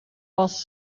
was